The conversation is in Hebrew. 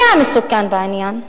זה המסוכן בעניין,